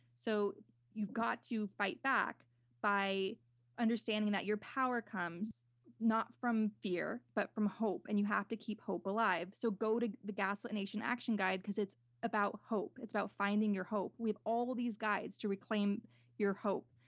so you've got to fight back by understanding your power comes not from fear, but from hope. and you have to keep hope alive. so go to the gaslit nation action guide, because it's about hope. it's about finding your hope. we have all of these guides to reclaim your hope.